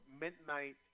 midnight